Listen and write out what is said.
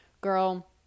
Girl